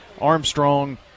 Armstrong